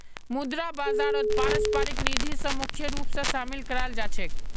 मुद्रा बाजारत पारस्परिक निधि स मुख्य रूप स शामिल कराल जा छेक